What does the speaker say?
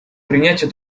принятию